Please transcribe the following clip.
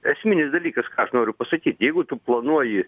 esminis dalykas ką aš noriu pasakyt jeigu tu planuoji